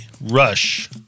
Rush